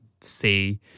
see